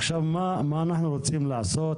אנחנו רוצים לדעת מה רוצים לעשות,